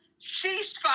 ceasefire